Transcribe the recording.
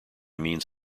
means